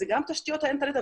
זה גם תשתיות האינטרנט,